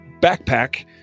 backpack